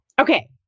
Okay